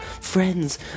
Friends